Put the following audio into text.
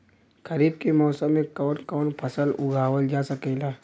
खरीफ के मौसम मे कवन कवन फसल उगावल जा सकेला?